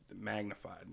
magnified